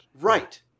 Right